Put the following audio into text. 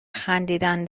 خندیدن